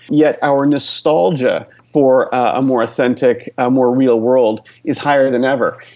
yet our nostalgia for a more authentic, ah more real world is higher than ever.